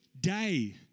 day